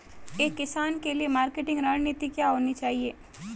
एक किसान के लिए मार्केटिंग रणनीति क्या होनी चाहिए?